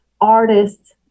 artists